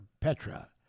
Petra